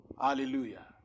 Hallelujah